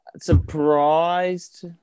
surprised